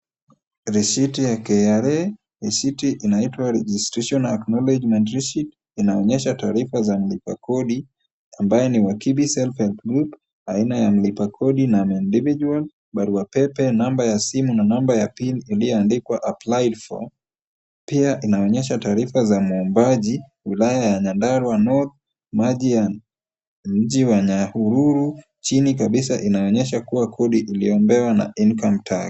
Risiti ya KRA. Risiti inaitwa registration acknowledgement receipt inaonyesha taarifa za mlipa kodi ambayo ni Wakibi Self-Help Group, aina ya mlipa kodi, non-individual , barua pepe, namba ya simu na number ya PIN iliyoandikwa applied for . Pia inaonyesha taarifa za mwombaji, wilaya ya Nyandarua North, beji ya mji wa Nyahururu. Chini kabisa unaonyesha kuwa kodi uliombewa na income tax .